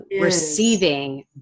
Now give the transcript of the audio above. receiving